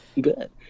Good